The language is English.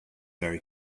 very